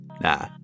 Nah